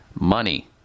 money